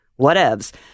whatevs